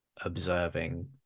observing